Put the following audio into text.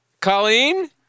Colleen